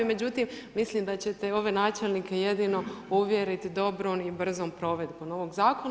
Međutim, mislim da ćete ove načelnike jedino uvjeriti dobrom i brzom provedbom ovog zakona.